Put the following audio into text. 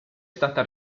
stata